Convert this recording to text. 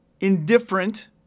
indifferent